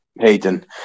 Hayden